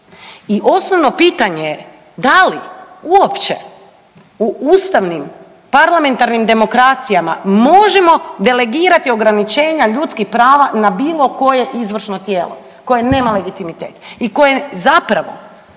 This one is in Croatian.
I osnovno pitanje je da li uopće u ustavnim parlamentarnim demokracijama možemo delegirati ograničenja ljudskih prava na bilo koje izvršno tijelo koje nema legitimitet i koje zapravo